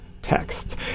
text